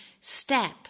step